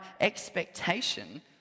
expectation